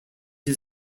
his